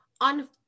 on